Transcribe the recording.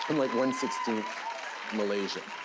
like one sixteenth malaysian.